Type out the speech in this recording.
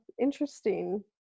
Interesting